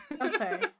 Okay